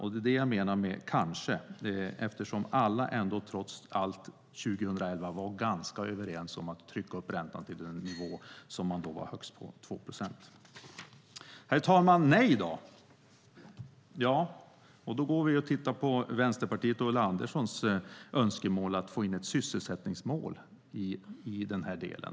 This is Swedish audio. Det är det jag menar med kanske, för 2011 var alla trots allt ganska överens om att trycka upp räntan till den nivå som då var högst, 2 procent. Herr talman! Nej, då? Vi kan titta på Vänsterpartiets och Ulla Anderssons önskemål att få in ett sysselsättningsmål i denna del.